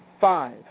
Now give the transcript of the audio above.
five